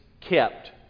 kept